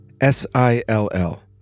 S-I-L-L